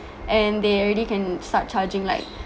and they already can start charging like